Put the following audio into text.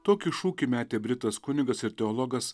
tokį šūkį metė britas kunigas ir teologas